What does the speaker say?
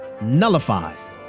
nullifies